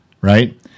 right